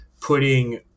putting